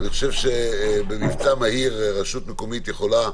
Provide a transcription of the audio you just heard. אני חושב שבמבצע מהיר רשות מקומית יכולה